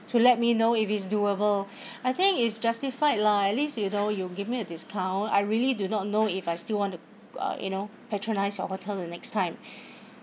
to let me know if it's doable I think it's justified lah at least you know you give me a discount I really do not know if I still want to uh you know patronize your hotel the next time